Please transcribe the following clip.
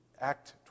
act